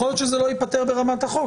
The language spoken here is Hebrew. יכול להיות שזה לא ייפתר ברמת החוק.